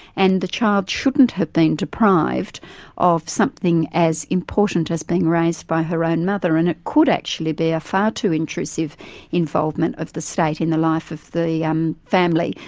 and the child shouldn't have been deprived of something as important as being raised by her own mother, and it could actually be a far too intrusive involvement of the state in the life of the um family,